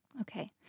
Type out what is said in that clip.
Okay